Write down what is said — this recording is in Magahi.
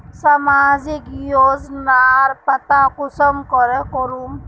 सामाजिक योजनार पता कुंसम करे करूम?